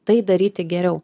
tai daryti geriau